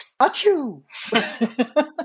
Achoo